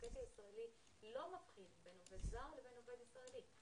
המחוקק הישראלי לא מבחין בין עובד זר לבין עובד ישראלי.